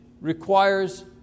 requires